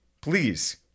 please